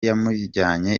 yamujyanye